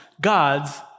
God's